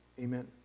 Amen